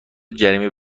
جریمه